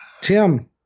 tim